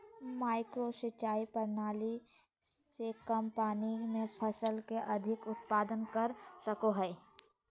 micro सिंचाई प्रणाली से कम पानी में फसल के अधिक उत्पादन कर सकय हइ